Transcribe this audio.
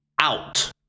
out